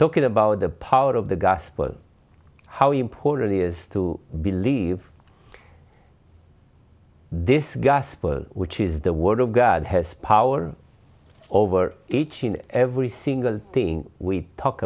talking about the power of the gospel how important it is to believe this gospel which is the word of god has power over each and every single thing we talk